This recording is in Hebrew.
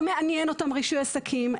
לא מעניין אותן רישוי עסקים,